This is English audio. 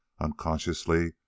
unconsciously